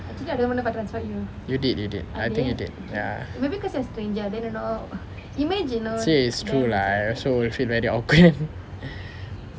you did you did I think you did actually it's true lah I also would feel very awkward